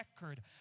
record